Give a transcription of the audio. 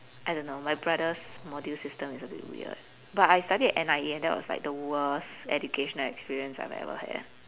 I don't know my brother's module system is a bit weird but I studied at N_I_E and that was like the worst educational experience I have ever had